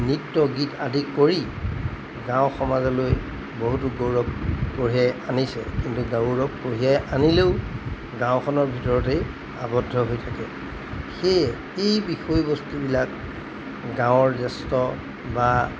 নৃত্য গীত আদি কৰি গাঁও সমাজলৈ বহুতো গৌৰৱ কঢ়িয়াই আনিছে কিন্তু গৌৰৱ কঢ়িয়াই আনিলেও গাঁওখনৰ ভিতৰতেই আবদ্ধ হৈ থাকে সেয়ে এই বিষয়বস্তুবিলাক গাঁৱৰ জ্যেষ্ঠ বা